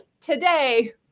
today